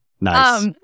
Nice